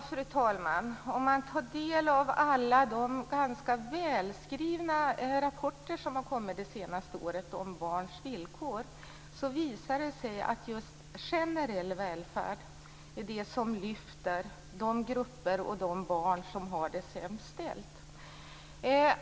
Fru talman! Om man tar del av alla de ganska välskrivna rapporter som har kommit det senaste året om barns villkor ser man att det visar sig att just generell välfärd är det som lyfter de grupper och de barn som har det sämst ställt.